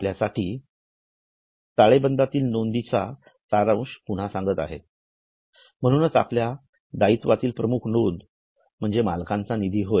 आपल्यासाठी ताळेबंदातील नोंदींचा सारांश पुन्हा सांगत आहे म्हणूनच आपल्या दायित्वातील प्रमुख नोंद म्हणजे मालकांचा निधी होय